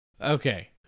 okay